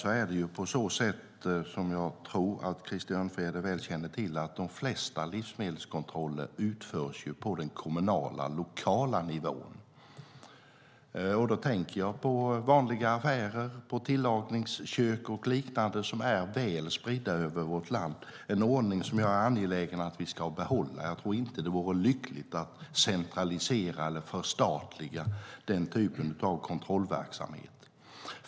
Det är ju så, vilket jag tror att Krister Örnfjäder väl känner till, att de flesta livsmedelskontroller utförs på den kommunala, lokala nivån. Då tänker jag på vanliga affärer, tillagningskök och liknande som är väl spridda över vårt land. Det är en ordning som jag är angelägen om att vi ska behålla. Jag tror inte att det vore lyckat att centralisera eller förstatliga den typen av kontrollverksamhet.